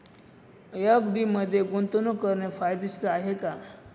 FD मध्ये गुंतवणूक करणे फायदेशीर आहे का?